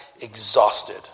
exhausted